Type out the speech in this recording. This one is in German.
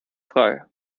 frei